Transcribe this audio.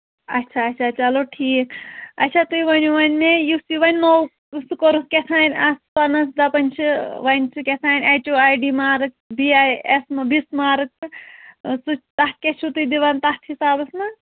اچھا اچھا چلو ٹھیٖک اچھا تُہۍ ؤنِو وۅنۍ مےٚ یُس یہِ وۄنۍ نوٚو سُہ کوٚرُکھ کیٛاہ تانۍ اَتھ سۄنس دَپان چھِ وۄنۍ چھُ کیٛاہ تانۍ H O I D mark B I S BIS mark تہٕ سُہ تَتھ کیٛاہ چھُو تُہۍ دِوان تَتھ حِسابَس منٛز